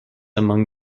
among